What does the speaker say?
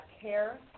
Care